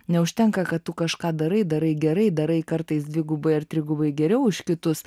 neužtenka kad tu kažką darai darai gerai darai kartais dvigubai ar trigubai geriau už kitus